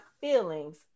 feelings